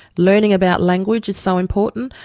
learning about language is so important.